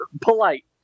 polite